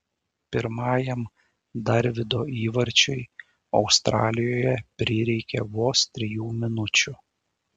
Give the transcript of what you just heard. pirmajam darvydo įvarčiui australijoje prireikė vos trijų minučių